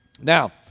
Now